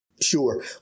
Sure